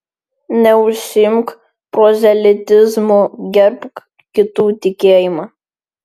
neužsiimk prozelitizmu gerbk kitų tikėjimą